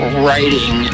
writing